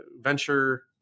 venture